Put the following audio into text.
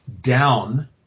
down